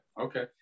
okay